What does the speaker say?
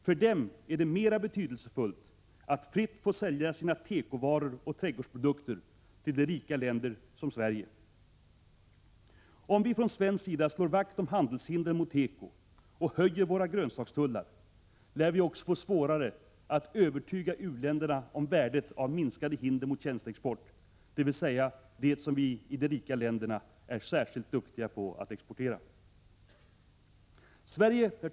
För dem är det mera betydelsefullt att fritt få sälja sina tekovaror och trädgårdsprodukter till rika länder som Sverige. Om vi från svensk sida slår vakt om handelshindren mot teko och höjer våra grönsakstullar lär vi också få svårare att övertyga u-länderna om värdet av minskade hinder mot tjänsteexport, dvs. det som vi i de rika länderna är särskilt duktiga på att exportera. Herr talman!